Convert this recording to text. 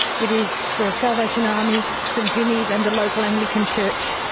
it is the salvation army, st vinnies and the local anglican church.